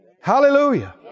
Hallelujah